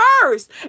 first